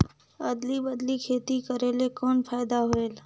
अदली बदली खेती करेले कौन फायदा होयल?